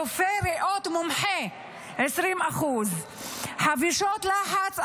רופא ריאות מומחה 20%; חבישות לחץ,